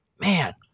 man